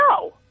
No